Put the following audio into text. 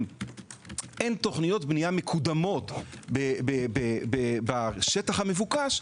אין תכניות בנייה מקודמות בשטח המבוקש,